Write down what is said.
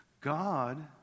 God